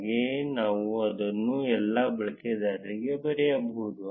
ಹಾಗೆಯೇ ನಾವು ಅದನ್ನು ಎಲ್ಲಾ ಬಳಕೆದಾರರಿಗಾಗಿ ಬರೆಯಬಹುದು